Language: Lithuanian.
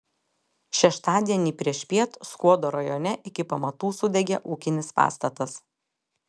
šeštadienį priešpiet skuodo rajone iki pamatų sudegė ūkinis pastatas